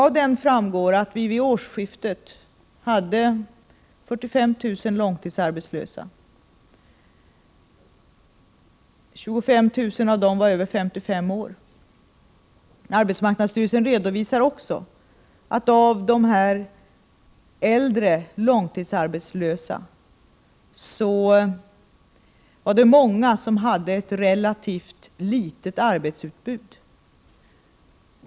Av den framgår dock att vi vid årsskiftet hade 45 000 långtidsarbetslösa. 25 000 av dem var över 55 år. Arbetsmarknadsstyrelsen redovisar också att av de äldre långtidsarbetslösa var det många som hade ett relativt litet arbetsutbud.